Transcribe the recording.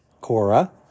Cora